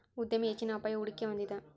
ಉದ್ಯಮಿ ಹೆಚ್ಚಿನ ಅಪಾಯ, ಹೂಡಿಕೆ ಹೊಂದಿದ